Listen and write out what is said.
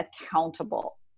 accountable